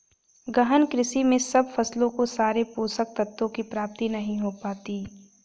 गहन कृषि में सब फसलों को सारे पोषक तत्वों की प्राप्ति नहीं हो पाती